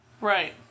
Right